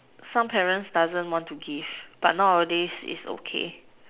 some parents doesn't want to give but nowadays it's okay